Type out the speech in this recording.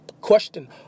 question